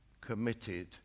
committed